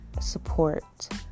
support